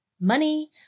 money